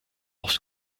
lost